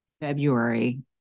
February